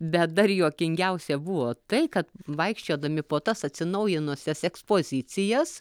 bet dar juokingiausia buvo tai kad vaikščiodami po tas atsinaujinusias ekspozicijas